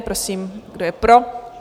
Prosím, kdo je pro?